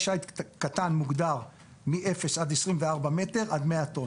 שיט קטן" מוגדר מ-0 עד 24 מטרים ועד 100 טון